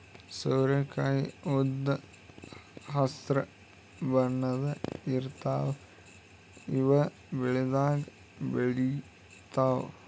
ಸೋರೆಕಾಯಿ ಉದ್ದ್ ಹಸ್ರ್ ಬಣ್ಣದ್ ಇರ್ತಾವ ಇವ್ ಬೆಳಿದಾಗ್ ಬೆಳಿತಾವ್